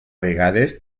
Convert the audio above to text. vegades